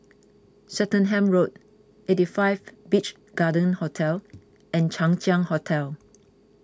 Swettenham Road eighty five Beach Garden Hotel and Chang Ziang Hotel